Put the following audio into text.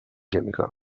jamaica